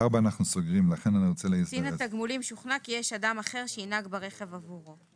קצין התגמולים שוכנע כי יש אדם אחר שינהג ברכב עבורו.